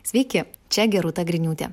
sveiki čia gerūta griniūtė